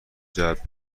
جلب